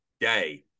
day